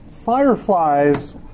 Fireflies